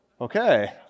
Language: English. Okay